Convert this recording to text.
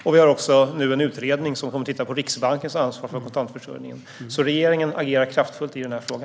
Det finns nu också en utredning som kommer att titta på Riksbankens ansvar för kontantförsörjningen. Regeringen agerar kraftfullt i denna fråga.